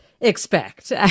expect